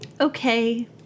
Okay